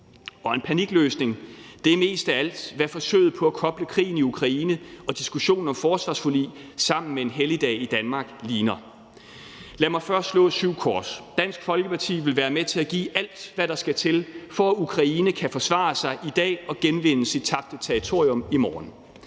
Og en panikløsning er mest af alt, hvad forsøget på at koble krigen i Ukraine og diskussionen om et forsvarsforlig sammen med en helligdag i Danmark ligner. Lad mig først slå syv kors: Dansk Folkeparti vil være med til at give alt, hvad der skal til, for at Ukraine kan forsvare sig i dag og genvinde sit tabte territorium i morgen.